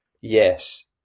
Yes